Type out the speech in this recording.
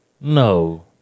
no